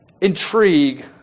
intrigue